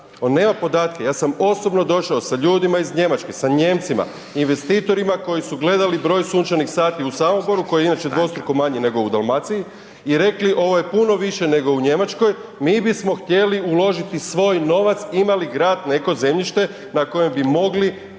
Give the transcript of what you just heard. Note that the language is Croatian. on nema podatke. Ja sam osobno došao sa ljudima iz Njemačke, sa Nijemcima, investitorima koji su gledali broj sunčanih sati u Samoboru koji je inače dvostruko manje nego u Dalmaciji i rekli ovo je puno više nego u Njemačkoj, mi bismo htjeli uložiti svoj novac, ima li grad neko zemljište na kojem bi mogli